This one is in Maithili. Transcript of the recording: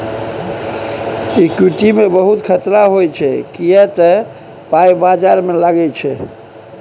इक्विटी मे बहुत खतरा होइ छै किए तए पाइ बजार मे लागै छै